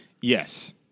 Yes